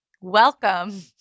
Welcome